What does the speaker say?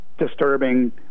disturbing